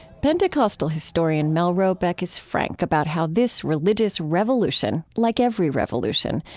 pentecostal historian mel robeck is frank about how this religious revolution, like every revolution,